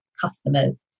customers